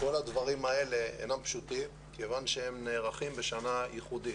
כל הדברים האלה אינם פשוטים כיוון שהם נערכים בשנה ייחודית.